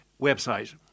website